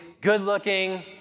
good-looking